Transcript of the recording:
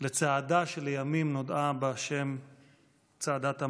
לצעדה שלימים נודעה בשם "צעדת המוות".